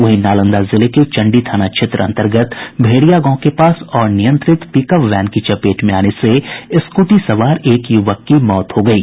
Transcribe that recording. वहीं नालंदा जिले के चंडी थाना क्षेत्र अंतर्गत भेड़िया गांव के पास अनियंत्रित पिकअप वैन की चपेट में आने से स्कूटी सवार एक युवक की मौत हो गयी